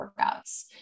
workouts